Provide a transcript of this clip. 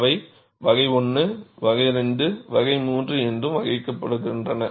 அவை வகை 1 வகை 2 வகை 3 என்றும் வகைப்படுத்துகின்றன